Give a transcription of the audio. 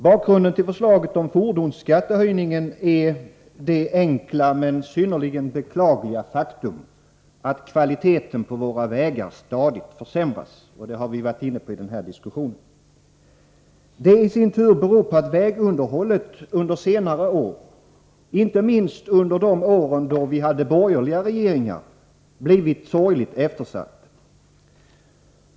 Bakgrunden till förslaget om fordonsskattehöjningen är det enkla men synnerligen beklagliga faktum att kvaliteten på våra vägar stadigt försämras — det har man varit inne på i den här debatten. Det i sin tur beror på att vägunderhållet under senare år, inte minst under de år då vi hade borgerliga regeringar, blivit sorgligt eftersatt.